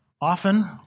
often